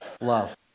love